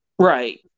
Right